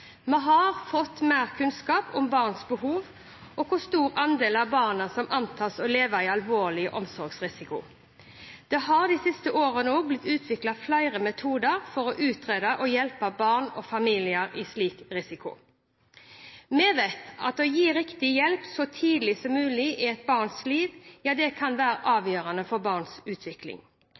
Vi har fått mer kunnskap om barns behov og om hvor stor andel av barna som antas å leve i alvorlig omsorgsrisiko. Det har de siste årene også blitt utviklet flere metoder for å utrede og hjelpe barn og familier i slik risiko. Vi vet at å gi riktig hjelp så tidlig som mulig i et barns liv kan være avgjørende for barnets utvikling.